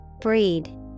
Breed